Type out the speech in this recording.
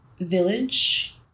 village